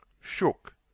Shook